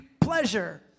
pleasure